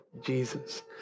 Jesus